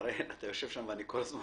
יש שני